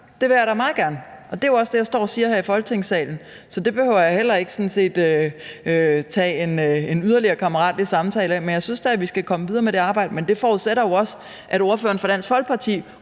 Det vil jeg da meget gerne. Det er jo også det, jeg står og siger her i Folketingssalen, så det behøver jeg sådan set heller ikke tage en yderligere kammeratlig samtale om, men jeg synes da, vi skal komme videre med arbejdet. Men det forudsætter jo også, at ordføreren for Dansk Folkeparti